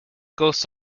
goes